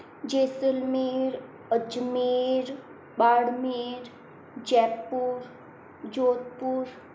Jaisalmer Ajmer Barmer Jaipur Jodhpur